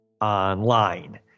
online